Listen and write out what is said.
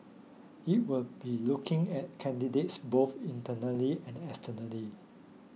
it will be looking at candidates both internally and externally